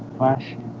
flashing